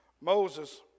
Moses